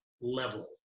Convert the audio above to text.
level